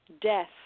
death